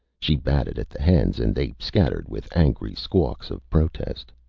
she batted at the hens and they scattered with angry squawks of protest.